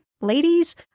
ladies